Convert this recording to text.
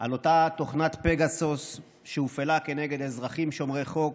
על אותה תוכנת פגסוס שהופעלה כנגד אזרחים שומרי חוק.